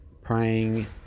praying